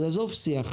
אז עזוב "שיח".